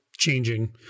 changing